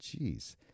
Jeez